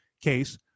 case